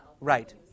Right